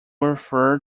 refer